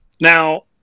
Now